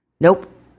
Nope